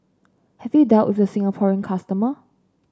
have you dealt with the Singaporean customer